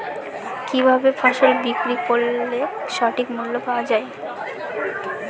কি ভাবে ফসল বিক্রয় করলে সঠিক মূল্য পাওয়া য়ায়?